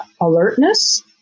alertness